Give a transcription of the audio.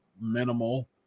minimal